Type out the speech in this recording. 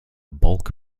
bulk